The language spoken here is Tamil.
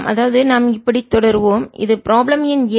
அதாவது நாம் இப்படி தொடருவோம் இது ப்ராப்ளம் எண் 7